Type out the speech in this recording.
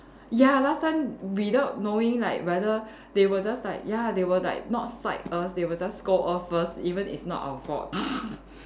ya last time without knowing like rather they will just like ya they will like not side us they will just scold us first even not our fault